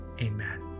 Amen